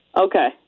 Okay